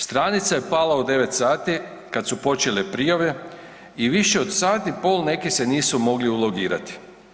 Stranica je pala u 9 sati kad su počele prijave i više od sat i pol neki se nisu mogli ulogirati.